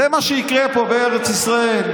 זה מה שיקרה פה בארץ ישראל.